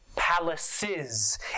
palaces